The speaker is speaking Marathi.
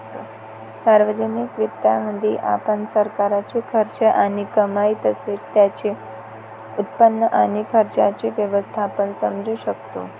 सार्वजनिक वित्तामध्ये, आपण सरकारचा खर्च आणि कमाई तसेच त्याचे उत्पन्न आणि खर्चाचे व्यवस्थापन समजू शकतो